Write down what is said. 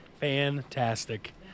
Fantastic